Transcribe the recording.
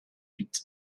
huit